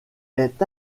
est